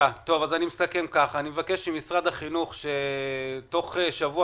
לסיכום אני מבקש ממשרד החינוך שתוך שבוע